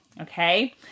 Okay